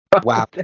wow